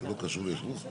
זה לא קשור לאכלוס.